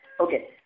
Okay